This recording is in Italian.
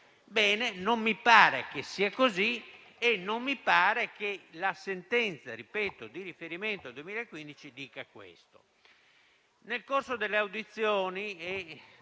omnes*. Non mi pare che sia così e non mi pare che la sentenza di riferimento del 2015 dica questo.